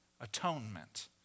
atonement